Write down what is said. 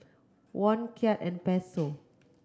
Won Kyat and Peso